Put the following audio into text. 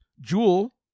Jewel